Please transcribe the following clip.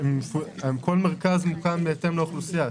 כל מרכז מוקם בהתאם לאוכלוסייה.